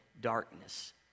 darkness